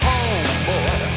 Homeboy